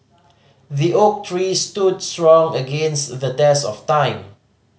the oak tree stood strong against the test of time